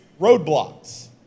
roadblocks